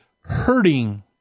hurting